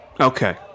okay